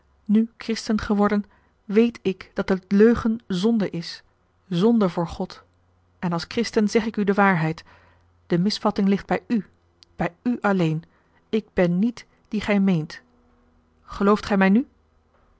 nu christen geworden weet ik dat de leugen zonde is zonde voor god en als christen zeg ik u de waarheid de misvatting ligt bij u bij u alleen ik ben niet dien gij meent gelooft gij mij nu